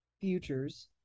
futures